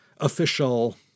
official